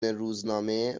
روزنامه